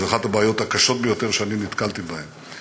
זו אחת הבעיות הקשות ביותר שאני נתקלתי בהן.